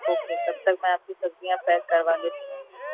okay تب تک میں آپ کی سبزیاں پیک کروا لیتی ہوں